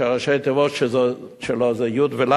שראשי התיבות שלו זה י"ל,